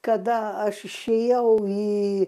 kada aš išėjau į